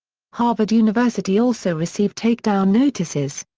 harvard university also received takedown notices.